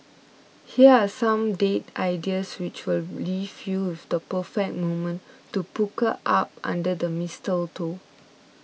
here are some date ideas which will leave you with the perfect moment to pucker up under the mistletoe